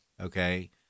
okay